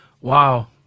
Wow